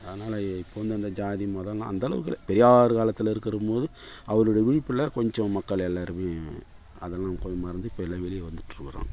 அதனால் இப்போது வந்து ஜாதி மதம்லாம் அந்த அளவுக்கு இல்லை பெரியார் காலத்தில் இருக்கும் போது அவரோடய விழிப்புல கொஞ்சம் மக்கள் எல்லோருமே அதல்லாம் இப்போ மறந்து இப்போது எல்லாம் வெளியே வந்துட்டு இருக்கிறோம்